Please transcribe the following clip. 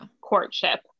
courtship